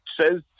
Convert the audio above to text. says